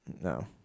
no